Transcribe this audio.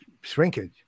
Shrinkage